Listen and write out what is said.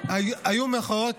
היו מחאות